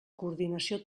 coordinació